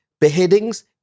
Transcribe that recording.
beheadings